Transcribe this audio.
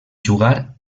jugar